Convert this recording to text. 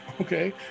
Okay